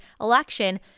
election